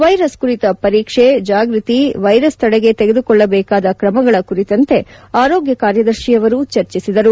virus ಕುರಿತ ಪರೀಕ್ಷೆ ಜಾಗ್ಬತಿ ವೈರಸ್ ತ ತೆಡೆಗೆ ತೆಗೆದುಕೊಳ್ಳಬೇಕಾದ ಕ್ರಮಗಳ ಕುರಿತಂತೆ ಆರೋಗ್ಯ ಕಾರ್ಯದರ್ಶಿಯವರು ಚರ್ಚಿಸಿದರು